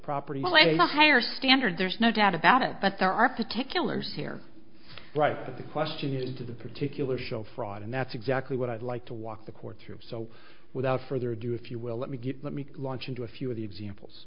the higher standard there's no doubt about it but there are particulars here right to the question as to the particular show fraud and that's exactly what i'd like to walk the courtroom so without further ado if you will let me get let me launch into a few of the examples